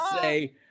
say